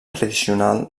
tradicional